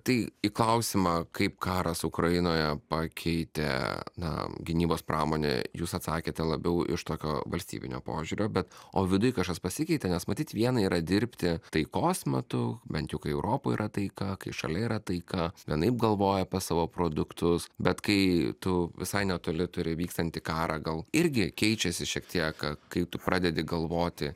tai į klausimą kaip karas ukrainoje pakeitė na gynybos pramonę jūs atsakėte labiau iš tokio valstybinio požiūrio bet o viduj kažkas pasikeitė nes matyt viena yra dirbti taikos metu bent jau kai europoj yra taika kai šalia yra taika vienaip galvoja pas savo produktus bet kai tu visai netoli turi vykstantį karą gal irgi keičiasi šiek tiek kai tu pradedi galvoti